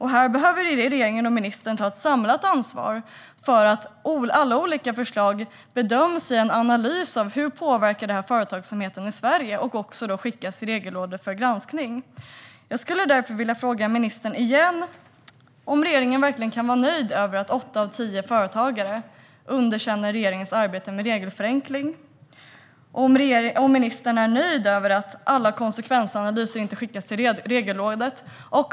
Här behöver regeringen och ministern ta ett samlat ansvar för att alla olika förslag bedöms i en analys av hur de påverkar företagsamheten i Sverige och sedan skickas till Regelrådet för granskning. Jag vill därför återigen fråga ministern om regeringen verkligen kan vara nöjd med att åtta av tio företagare underkänner regeringens arbete med regelförenkling. Är ministern nöjd med att alla konsekvensanalyser inte skickas till Regelrådet?